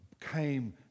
came